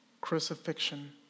crucifixion